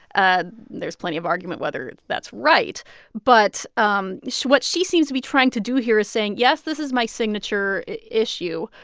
ah there's plenty of argument whether that's right but um what she seems to be trying to do here is saying, yes, this is my signature issue,